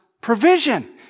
provision